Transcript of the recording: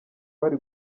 bari